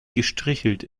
gestrichelt